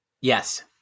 yes